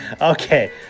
Okay